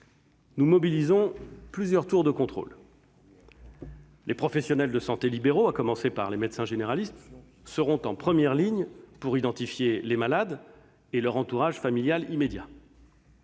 nous mobilisons plusieurs tours de contrôle. Les professionnels de santé libéraux, à commencer par les médecins généralistes, seront en première ligne pour identifier les malades et leur entourage familial immédiat.